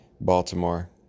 Baltimore